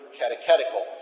catechetical